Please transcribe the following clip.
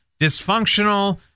dysfunctional